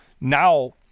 Now